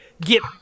get